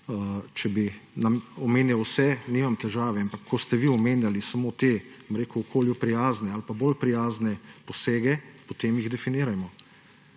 če bi nam omenjali vse, nimam težave, ampak ko ste vi omenjali samo te, bom rekel okolju prijazne ali pa bolj prijazne posege, potem jih definirajmo.